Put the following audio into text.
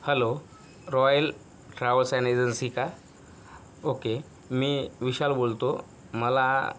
hello royal travels and agency का okay मी विशाल बोलतो मला